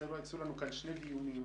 היו לנו פה שני דיונים.